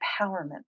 empowerment